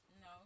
No